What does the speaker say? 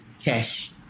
cash